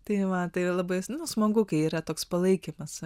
tai va tai labai smagu kai yra toks palaikymas